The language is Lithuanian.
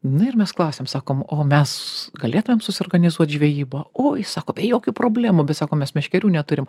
na ir mes klausiam sakom o mes galėtumėm susiorganizuot žvejybą oi sako be jokių problemų bet sakom mes meškerių neturim